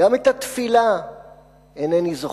גם את התפילה אינני זוכר,